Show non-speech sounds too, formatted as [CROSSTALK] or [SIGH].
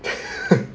[LAUGHS]